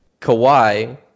Kawhi